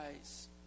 eyes